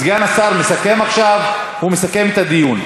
סגן השר מסכם עכשיו, הוא מסכם את הדיון.